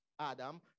Adam